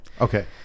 Okay